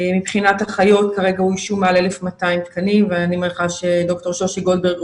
מבחינת אחיות כרגע אוישו מעל 1,200 תקנים ואני מניחה שד"ר שושי גולדברג,